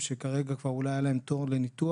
שכרגע כבר אולי היה להם תור לניתוח,